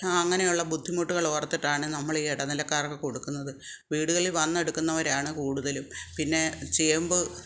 അങ്ങനെയുള്ള ബുദ്ധിമുട്ടുകൾ ഓർത്തിട്ടാണ് നമ്മൾ ഈ ഇടനിലക്കാർക്ക് കൊടുക്കുന്നത് വീടുകളിൽ വന്ന് എടുക്കുന്നവരാണ് കൂടുതലും പിന്നെ ചേമ്പ്